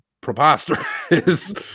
preposterous